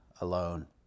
alone